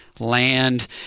land